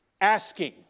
asking